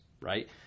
right